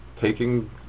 taking